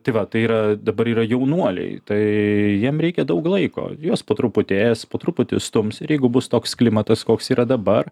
tai va tai yra dabar yra jaunuoliai tai jiem reikia daug laiko juos po truputį ės po truputį stums ir jeigu bus toks klimatas koks yra dabar